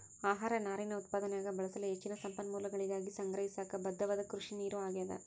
ಆಹಾರ ನಾರಿನ ಉತ್ಪಾದನ್ಯಾಗ ಬಳಸಲು ಹೆಚ್ಚಿನ ಸಂಪನ್ಮೂಲಗಳಿಗಾಗಿ ಸಂಗ್ರಹಿಸಾಕ ಬದ್ಧವಾದ ಕೃಷಿನೀರು ಆಗ್ಯಾದ